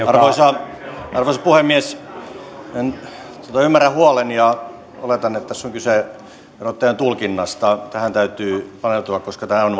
arvoisa arvoisa puhemies ymmärrän huolen ja oletan että tässä on kyse verottajan tulkinnasta tähän täytyy paneutua koska tämähän on